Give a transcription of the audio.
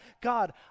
God